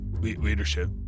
leadership